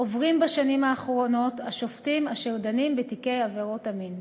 עוברים בשנים האחרונות השופטים אשר דנים בתיקי עבירות המין.